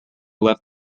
left